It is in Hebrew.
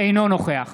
אינו נוכח